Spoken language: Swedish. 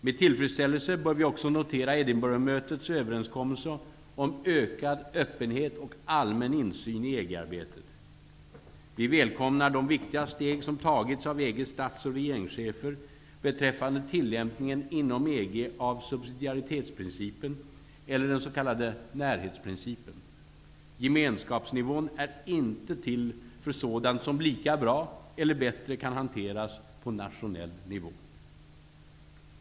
Med tillfredsställelse bör vi också notera Edinburghmötets överenskommelse om ökad öppenhet och allmän insyn i EG-arbetet. Vi välkomnar de viktiga steg som tagits av EG:s statsoch regeringschefer beträffande tillämpningen inom EG av subsidiaritetsprincipen, eller den s.k. närhetsprincipen. Gemenskapsnivån är inte till för sådant som lika bra eller bättre kan hanteras på nationell nivå.